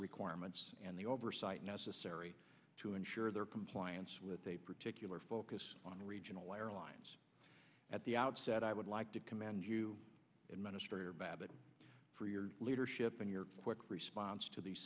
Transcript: requirements and the oversight necessary to ensure their compliance with a particular focus on regional airlines at the outset i would like to commend you and ministry of babbitt for your leadership and your quick response to the